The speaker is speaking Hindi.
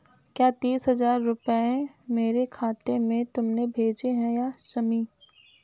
क्या तीस हजार रूपए मेरे खाते में तुमने भेजे है शमी?